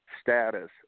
status